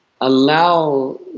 allow